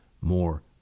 more